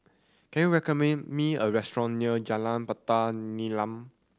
can you recommend me a restaurant near Jalan Batu Nilam